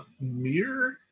mirror